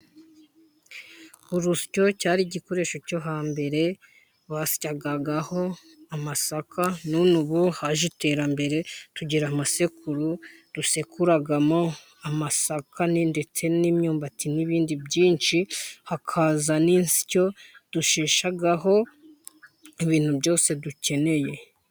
Urusyo cyari igikoresho cyo hambere basyagaho amasaka. None ubu haje iterambere tugira amasekuru basekuramo amasaka ndetse n'imyumbati n'ibindi byinshi. Hakaza n'insyo ducishaho ibintu byose dukeneye.